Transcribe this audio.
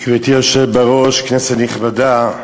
גברתי היושבת בראש, כנסת נכבדה,